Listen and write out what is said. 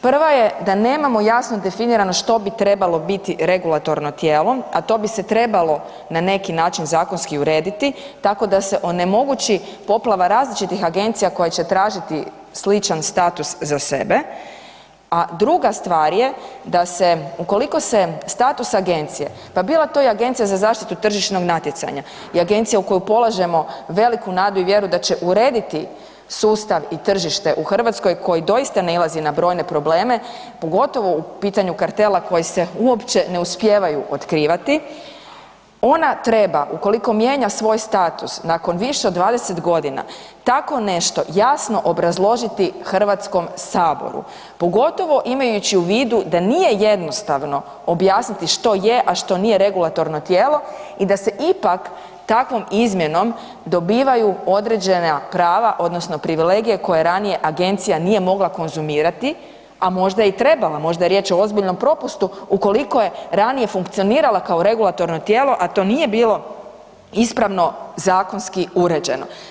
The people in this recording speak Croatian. Prva je da nemamo jasno definirano što bi trebalo biti regulatorno tijelo, a to bi se trebalo na neki način zakonski urediti, tako da se onemogući poplava različitih agencija koje će tražiti sličan status za sebe, a druga stvar je, da se, ukoliko se status agencije, pa bila to i AZTN i agencija u koju polažemo veliku nadu i vjeru da će urediti sustav i tržište u Hrvatskoj koji doista nailazi na brojne probleme, pogotovo u pitanju kartela koji se uopće ne uspijevaju otkrivati, ona treba, ukoliko mijenja svoj status nakon više od 20 godina, tako nešto jasno obrazložiti HS-u, pogotovo imajući u vidu da nije jednostavno objasniti što je, a što nije regulatorno tijelo i da se ipak takvom izmjenom dobivaju određena prava odnosno privilegije koje ranije Agencija nije mogla konzumirati, a možda je i trebala, možda je riječ o ozbiljnom propustu ukoliko je ranije funkcionirala kao regulatorno tijelo, a to nije bilo ispravo zakonski uređeno.